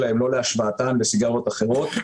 לשיעור המיסוי ולהשוואתו לסיגריות אחרות.